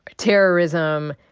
ah terrorism.